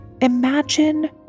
Imagine